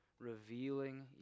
Revealing